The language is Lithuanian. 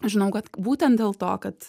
žinau kad būten dėl to kad